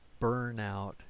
burnout